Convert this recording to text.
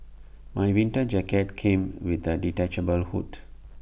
my winter jacket came with A detachable hood